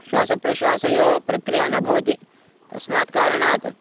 श्वासप्रश्वासयोः प्रक्रिया न भवति तस्मात् कारणात्